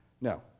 No